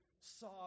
saw